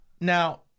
Now